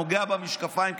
נוגע במשקפיים,